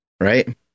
right